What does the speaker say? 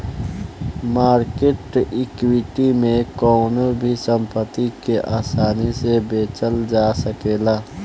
market equity में कवनो भी संपत्ति के आसानी से बेचल जा सकेला